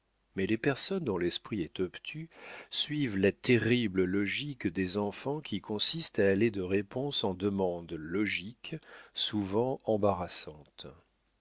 mais les personnes dont l'esprit est obtus suivent la terrible logique des enfants qui consiste à aller de réponse en demande logique souvent embarrassante